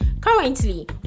Currently